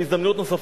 בהזדמנויות נוספות,